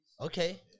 Okay